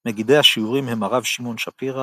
מגידי השיעורים הם הרב שמעון שפירא,